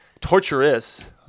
torturous